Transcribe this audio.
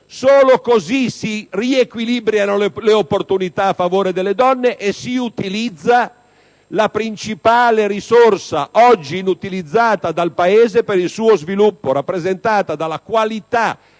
Solo così si riequilibrano le opportunità a favore delle donne e si utilizza la principale risorsa oggi inutilizzata dal Paese per il suo sviluppo, rappresentata dalla qualità e